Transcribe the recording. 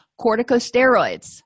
Corticosteroids